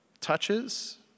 touches